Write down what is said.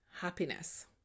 happiness